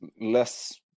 less